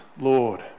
Lord